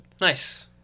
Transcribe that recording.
Nice